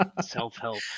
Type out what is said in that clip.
Self-help